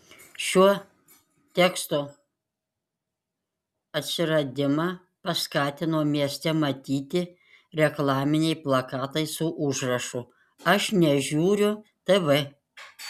šiuo teksto atsiradimą paskatino mieste matyti reklaminiai plakatai su užrašu aš nežiūriu tv